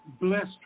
blessed